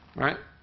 right?